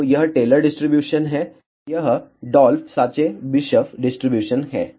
तो यह Taylor distribution है यह डॉल्फ साचेबिशफ डिस्ट्रीब्यूशन है